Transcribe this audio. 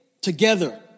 together